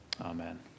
Amen